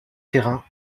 terrain